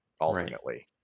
Ultimately